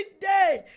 day